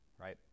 right